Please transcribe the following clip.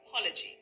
apology